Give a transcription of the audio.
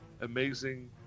amazing